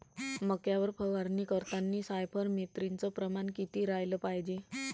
मक्यावर फवारनी करतांनी सायफर मेथ्रीनचं प्रमान किती रायलं पायजे?